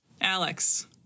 Alex